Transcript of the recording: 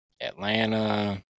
Atlanta